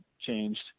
changed